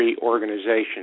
organization